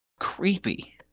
creepy